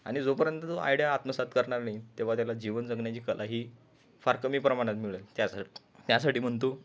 आणि जोपर्यंत तो आयडिया आत्मसात करणार नाही तेव्हा त्याला जीवन जगण्याची कला ही फार कमी प्रमाणात मिळंल त्यासा त्यासाठी म्हणतो